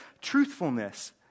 truthfulness